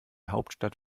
hauptstadt